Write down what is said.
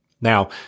Now